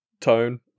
tone